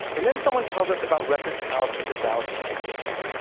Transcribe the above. and then someone tells us about records housed at the dallas county jail.